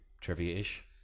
Trivia-ish